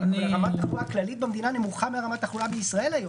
אבל רמת התחלואה הכללית במדינה נמוכה מרמת התחלואה בישראל היום.